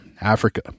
africa